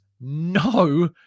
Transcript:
no